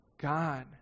God